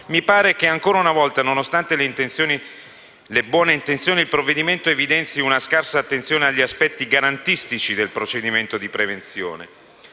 importanza, ancora una volta, nonostante le buone intenzioni, mi sembra che il provvedimento evidenzi una scarsa attenzione agli aspetti garantistici del procedimento di prevenzione.